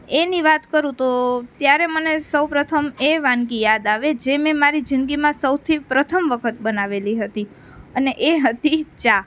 એની વાત કરું તો ત્યારે મને સૌપ્રથમ એ વાનગી યાદ આવે જે મેં મારી જિંદગીમાં સૌથી પ્રથમ વખત બનાવેલી હતી અને એ હતી ચા